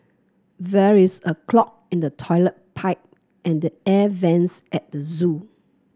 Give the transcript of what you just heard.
there is a clog in the toilet pipe and the air vents at the zoo